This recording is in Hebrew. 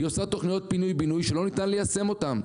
היא עושה תוכניות פינוי-בינוי שלא ניתן ליישם אותם,